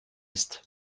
ist